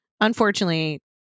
unfortunately